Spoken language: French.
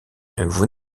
vous